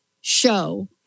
show